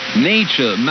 Nature